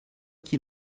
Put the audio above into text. qu’il